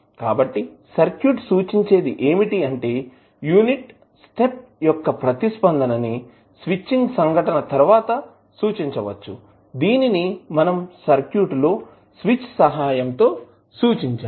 కాబట్టి సర్క్యూట్ సూచించేది ఏమిటి అంటే యూనిట్ స్టెప్ యొక్క ప్రతిస్పందన ని స్విచ్చింగ్ సంఘటన తరువాత సూచించవచ్చు దీనిని మనం సర్క్యూట్ లో స్విచ్ సహాయం తో సూచించాము